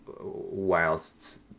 whilst